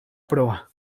proa